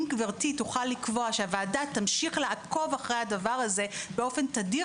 אם גברתי תוכל לקבוע שהוועדה תמשיך לעקוב אחרי הדבר הזה באופן תדיר,